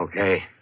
Okay